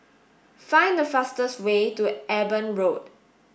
find the fastest way to Eben Road